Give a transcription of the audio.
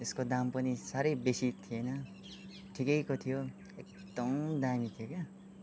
त्यसको दाम पनि साह्रै बेसि थिएन ठिकैको थियो एकदम दामी थियो क्या